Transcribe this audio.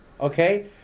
okay